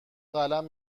قلم